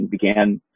began